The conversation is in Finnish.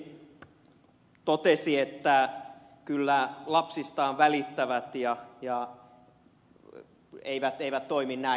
rönni totesi että lapsistaan välittävät eivät toimi näin